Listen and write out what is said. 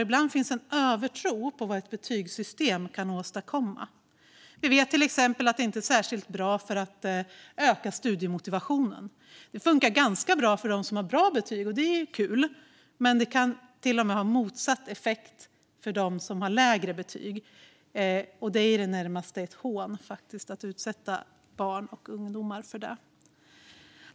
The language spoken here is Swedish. Ibland finns en övertro på vad ett betygssystem kan åstadkomma. Vi vet till exempel att det inte är särskilt bra för att öka studiemotivationen. Det funkar ganska bra för dem som har bra betyg, vilket är kul, men det kan till och med ha motsatt effekt för dem som har lägre betyg. Det är i det närmaste ett hån att utsätta barn och ungdomar för det.